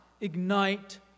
ignite